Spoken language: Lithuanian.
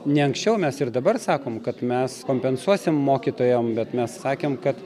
ne anksčiau mes ir dabar sakom kad mes kompensuosim mokytojam bet mes sakėm kad